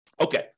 Okay